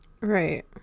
Right